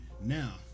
Now